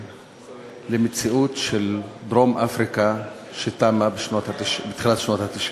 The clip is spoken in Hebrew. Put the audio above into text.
למציאות של דרום-אפריקה שתמה בתחילת שנות ה-90.